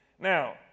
Now